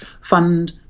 fund